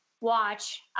watch